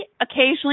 occasionally